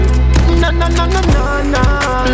Na-na-na-na-na-na